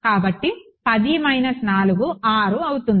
కాబట్టి 10 4 6 అవుతుంది